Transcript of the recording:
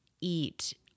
eat